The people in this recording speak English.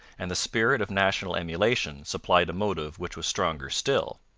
and the spirit of national emulation supplied a motive which was stronger still.